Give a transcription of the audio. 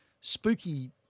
spooky